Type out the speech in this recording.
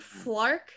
Flark